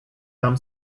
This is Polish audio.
tam